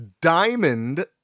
diamond